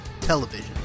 television